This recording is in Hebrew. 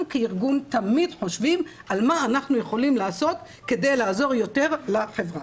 כארגון תמיד חושבים מה אנחנו יכולים לעשות כדי לעזור יותר לחברה.